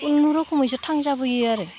खुनुरुखुमैसो थांजाबोयो आरो